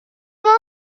woher